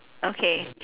okay